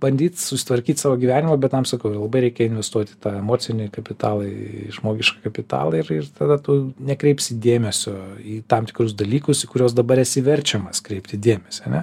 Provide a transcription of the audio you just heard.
bandyt susitvarkyt savo gyvenimą bet tam sakau labai reikia investuot į tą emocinį kapitalą į žmogišką kapitalą ir ir tada tu nekreipsi dėmesio į tam tikrus dalykus į kuriuos dabar esi verčiamas kreipti dėmesį ane